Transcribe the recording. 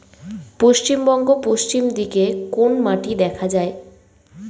পশ্চিমবঙ্গ পশ্চিম দিকে কোন মাটি দেখা যায়?